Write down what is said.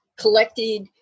collected